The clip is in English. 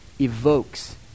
evokes